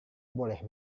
boleh